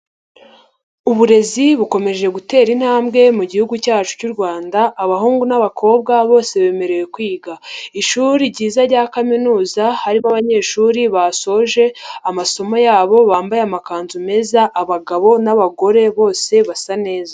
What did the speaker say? Uburezi bukomeje gutera intambwe mu gihugu cyacu cy'u Rwanda, abahungu n'abakobwa bose bemerewe kwiga. Ishuri ryiza rya kaminuza harimo abanyeshuri basoje amasomo yabo bambaye amakanzu meza, abagabo n'abagore bose basa neza.